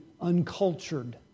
uncultured